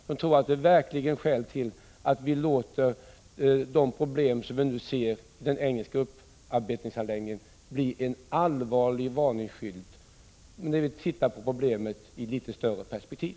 Jag tror att det verkligen finns skäl till att vi låter de problem som vi nu ser i den engelska upparbetningsanläggningen bli till en allvarlig varningsskylt när vi tittar på frågorna i litet större perspektiv.